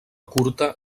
curta